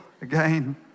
Again